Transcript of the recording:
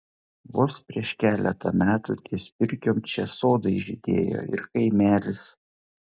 vos prieš keletą metų ties pirkiom čia sodai žydėjo ir kaimelis